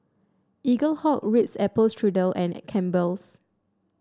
Eaglehawk Ritz Apple Strudel and a Campbell's